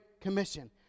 Commission